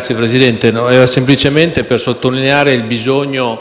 Signor Presidente, intendo semplicemente sottolineare il bisogno